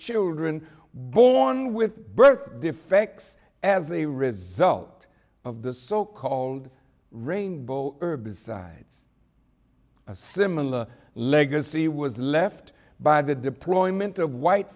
children born with birth defects as a result of the so called rainbow herbicide a similar legacy was left by the deployment of white